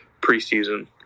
preseason